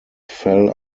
fell